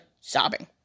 sobbing